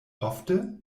ofte